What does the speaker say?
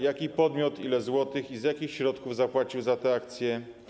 Jaki podmiot ile złotych i z jakich środków zapłacił za tę akcję?